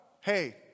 hey